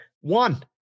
One